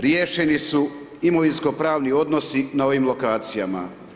Riješeni su imovinsko pravni odnosi na ovim lokacijama.